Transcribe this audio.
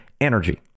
energy